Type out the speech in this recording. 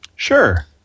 Sure